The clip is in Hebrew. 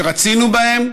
שרצינו בהם.